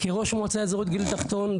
כראש מועצה אזורית גליל תחתון,